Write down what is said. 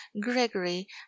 gregory